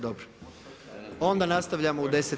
Dobro, onda nastavljamo u 10,10.